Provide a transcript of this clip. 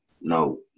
No